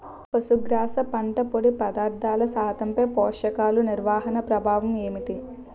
పశుగ్రాస పంట పొడి పదార్థాల శాతంపై పోషకాలు నిర్వహణ ప్రభావం ఏమిటి?